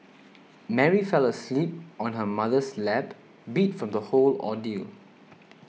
Mary fell asleep on her mother's lap beat from the whole ordeal